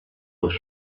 since